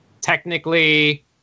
technically